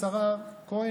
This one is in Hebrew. השרה כהן,